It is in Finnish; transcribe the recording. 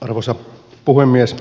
arvoisa puhemies